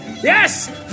yes